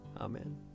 Amen